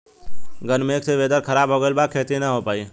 घन मेघ से वेदर ख़राब हो गइल बा खेती न हो पाई